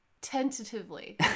Tentatively